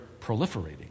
proliferating